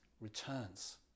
returns